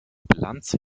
bilanz